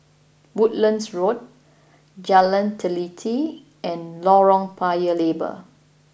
Woodlands Road Jalan Teliti and Lorong Paya Lebar